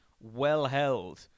well-held